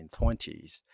1920s